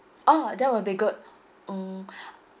oh that will be good um